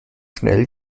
schnell